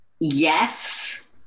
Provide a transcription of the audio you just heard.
yes